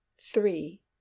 three